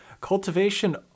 cultivation